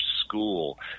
school